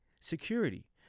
security